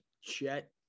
Chet